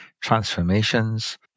transformations